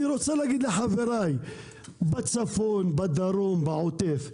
אני רוצה להגיד לחבריי בצפון, בדרום, בעוטף: